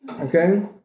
Okay